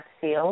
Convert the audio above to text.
field